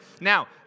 Now